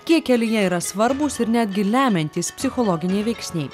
kiek kelyje yra svarbūs ir netgi lemiantys psichologiniai veiksniai